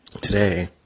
Today